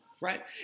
right